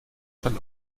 wall